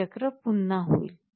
हे चक्र पुन्हा होईल